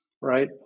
right